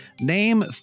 name